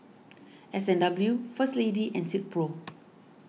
S and W First Lady and Silkpro